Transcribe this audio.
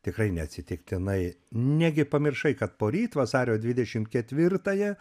tikrai neatsitiktinai negi pamiršai kad poryt vasario dvidešimt ketvirtąją